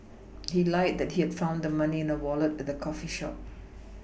he lied that he had found the money in a Wallet at the coffee shop